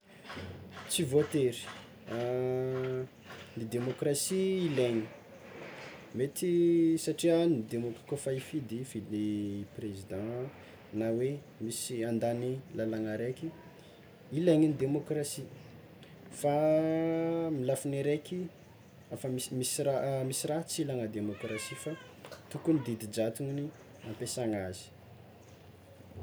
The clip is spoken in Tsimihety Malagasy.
Tsy voatery ny demôkrasia ilaigny mety satria ny demo- kôfa hifidy prezidan na misy handany lalagna araiky ilaigny demôkrasia fa amin'ny lafiny araiky afa misimisy raha misy raha tsy ilagna demôkrasia tokony didy jadony ampiasana azy.